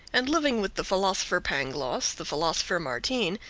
and living with the philosopher pangloss, the philosopher martin,